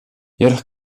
jedoch